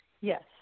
Yes